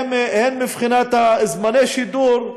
הן מבחינת זמני השידור,